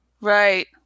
Right